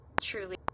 truly